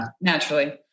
naturally